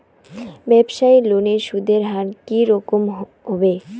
ব্যবসায়ী লোনে সুদের হার কি রকম হবে?